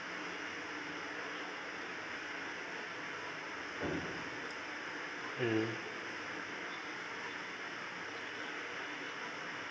mm